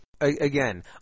Again